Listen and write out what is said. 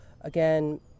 again